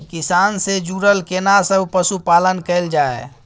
किसान से जुरल केना सब पशुपालन कैल जाय?